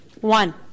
one